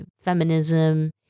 feminism